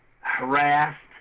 harassed